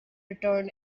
return